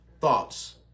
thoughts